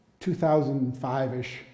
2005-ish